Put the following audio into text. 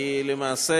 כי למעשה